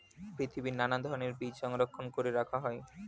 পৃথিবীর নানা ধরণের বীজ সংরক্ষণ করে রাখা হয়